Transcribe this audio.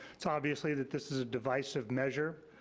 it's obviously that this is a divisive measure,